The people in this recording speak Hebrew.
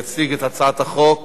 יציג את הצעת החוק